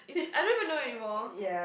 I don't even know anymore